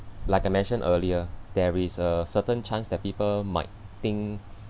like I mentioned earlier there is a certain chance that people might think